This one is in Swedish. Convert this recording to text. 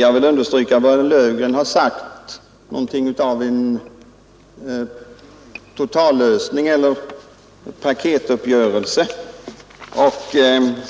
Jag vill understryka herr Löfgrens uttalande att det som nu föreslås är något av en paketuppgörelse.